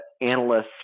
analysts